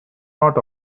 not